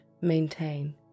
maintain